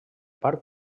part